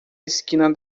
esquina